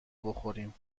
بخوریم